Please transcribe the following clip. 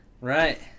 Right